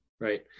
Right